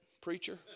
preacher